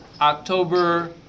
October